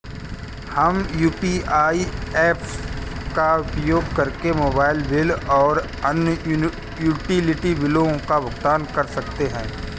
हम UPI apps का उपयोग करके मोबाइल बिल और अन्य यूटिलिटी बिलों का भुगतान कर सकते हैं